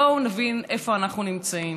בואו נבין איפה אנחנו נמצאים.